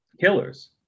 killers